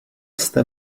jste